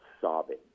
sobbing